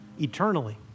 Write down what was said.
eternally